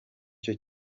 cyo